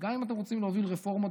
וגם אם אתם רוצים להוביל רפורמות,